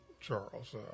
Charles